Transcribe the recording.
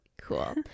cool